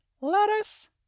lettuce